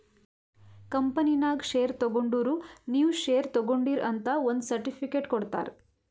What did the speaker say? ಕಂಪನಿನಾಗ್ ಶೇರ್ ತಗೊಂಡುರ್ ನೀವೂ ಶೇರ್ ತಗೊಂಡೀರ್ ಅಂತ್ ಒಂದ್ ಸರ್ಟಿಫಿಕೇಟ್ ಕೊಡ್ತಾರ್